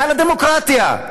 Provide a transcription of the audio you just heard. מעל הדמוקרטיה.